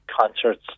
concerts